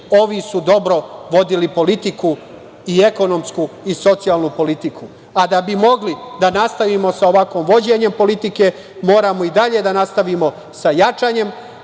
ovi su dobro vodili politiku i ekonomsku i socijalnu politiku.A da bi mi mogli da nastavimo sa ovakvim vođenjem politike, moramo i dalje da nastavimo sa jačanjem